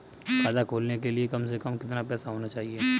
खाता खोलने के लिए कम से कम कितना पैसा होना चाहिए?